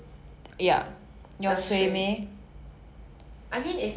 I mean it's nice to smell but if I don't smell it ever again I don't think it's a loss